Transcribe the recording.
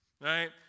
Right